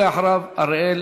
ואחריה,